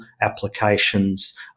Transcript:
applications